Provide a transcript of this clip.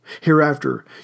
Hereafter